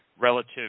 relative